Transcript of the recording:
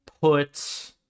put